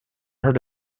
heard